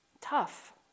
Tough